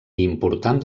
important